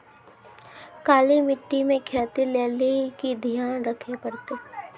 काली मिट्टी मे खेती लेली की ध्यान रखे परतै?